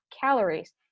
calories